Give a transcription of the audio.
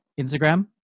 instagram